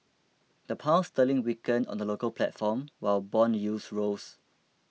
the pound sterling weakened on the local platform while bond yields rose